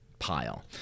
pile